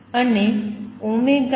અને ωn2π છે